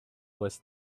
was